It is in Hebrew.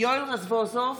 יואל רזבוזוב,